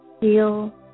feel